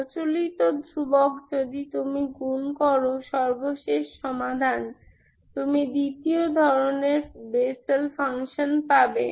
প্রচলিত ধ্রুবক যদি তুমি গুণ করো সর্বশেষ সমাধান তুমি দ্বিতীয় ধরনের বেসেল ফাংশান পাবে